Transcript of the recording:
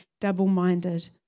double-minded